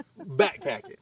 backpacking